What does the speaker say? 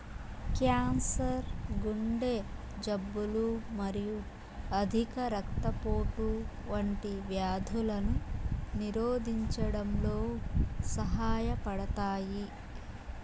cancer, గుండె జబ్బులు మరియు అధిక రక్తపోటు వంటి వ్యాధులను నిరోధించడంలో సహాయపడతాయి